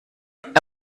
and